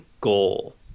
goal